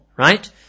Right